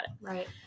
Right